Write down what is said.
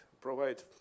provide